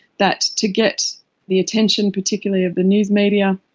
that to get the attention, particularly of the news media,